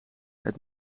het